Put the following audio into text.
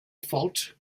fault